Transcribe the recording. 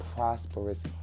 Prosperous